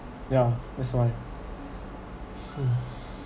ya that's why mm